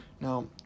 Now